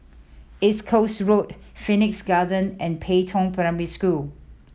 East Coast Road Phoenix Garden and Pei Tong Primary School